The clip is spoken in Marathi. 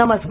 नमस्कार